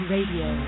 Radio